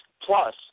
plus